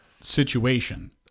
situation